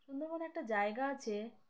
সুন্দরবনে একটা জায়গা আছে